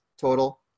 total